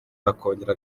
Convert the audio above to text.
akongera